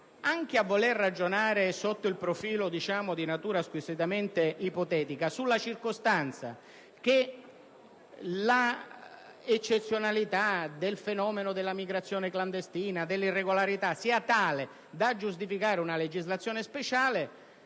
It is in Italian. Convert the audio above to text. Anche a voler ragionare sotto un profilo di natura squisitamente ipotetica sulla circostanza che l'eccezionalità del fenomeno della immigrazione clandestina e delle relative irregolarità sia tale da giustificare una legislazione speciale,